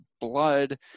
blood